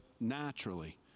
naturally